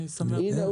אני שמח --- הנה,